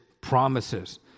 promises